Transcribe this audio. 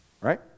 Right